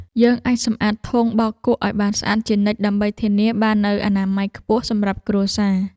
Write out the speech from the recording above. យើងអាចសម្អាតធុងបោកគក់ឱ្យបានស្អាតជានិច្ចដើម្បីធានាបាននូវអនាម័យខ្ពស់សម្រាប់គ្រួសារ។